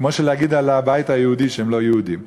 כמו להגיד על הבית היהודי שהם לא לאומיים.